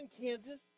kansas